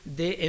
de